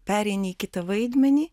pereini į kitą vaidmenį